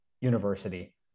University